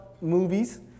movies